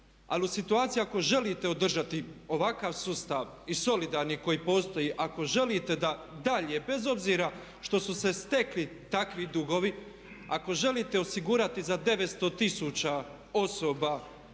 Ali u situaciji ako želite održati ovakav sustav i solidarni koji postoji, ako želite da dalje bez obzira što su se stekli takvi dugovi, ako želite osigurati na 900 tisuća osoba